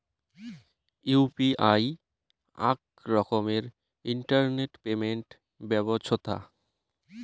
UPI আক রকমের internet payment ব্যবছথা